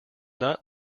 not